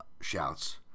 shouts